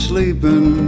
Sleeping